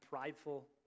prideful